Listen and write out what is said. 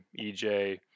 EJ